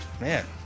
man